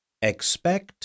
Expect